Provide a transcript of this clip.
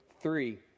three